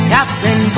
Captain